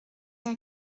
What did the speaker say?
der